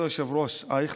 כבוד היושב-ראש אייכלר,